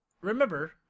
remember